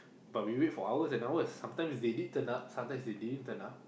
but we wait for hours and hours sometimes they did turn up sometimes they didn't turn up